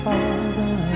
Father